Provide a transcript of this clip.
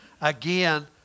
Again